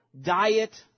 diet